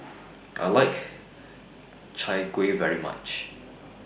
I like Chai Kueh very much